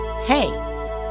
Hey